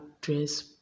dress